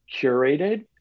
curated